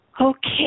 Okay